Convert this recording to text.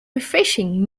refreshing